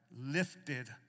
lifted